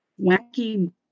wacky